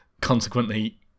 consequently